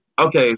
okay